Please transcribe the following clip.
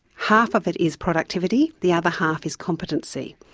half of it is productivity, the other half is competency.